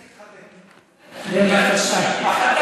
בבקשה.